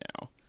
now